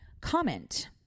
comment